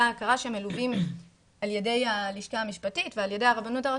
ההכרה שמלווים על ידי הלשכה המשפטית והרבנות הראשית,